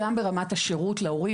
גם ברמת השירות להורים,